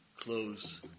Close